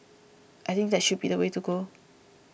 I think that should be the way to go